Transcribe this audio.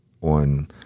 On